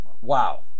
Wow